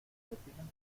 depilan